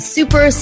Super